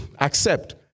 accept